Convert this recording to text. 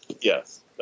Yes